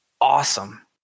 awesome